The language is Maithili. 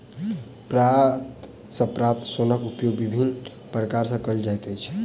पात सॅ प्राप्त सोनक उपयोग विभिन्न प्रकार सॅ कयल जाइत अछि